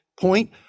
point